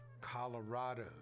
Colorado